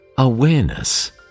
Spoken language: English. Awareness